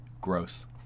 gross